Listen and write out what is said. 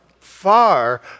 far